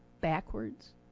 backwards